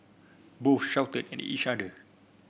both shouted at each other